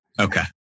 Okay